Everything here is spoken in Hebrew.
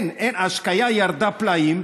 ההשקיה ירדה פלאים.